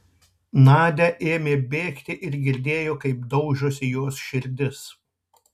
nadia ėmė bėgti ir girdėjo kaip daužosi jos širdis